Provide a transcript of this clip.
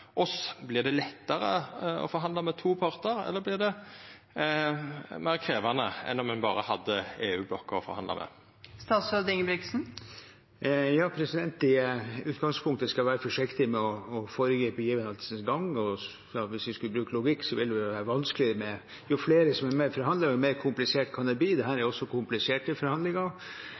oss? Vert det lettare å forhandla med to partar, eller vert det meir krevjande enn om vi berre hadde EU-blokka å forhandla med? I utgangspunktet skal vi være forsiktige med å foregripe begivenhetenes gang. Hvis vi skal bruke logikk, vil det være vanskeligere – jo flere som er med og forhandler, jo mer komplisert kan det bli. Dette er kompliserte